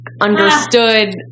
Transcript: understood